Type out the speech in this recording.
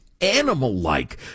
Animal-like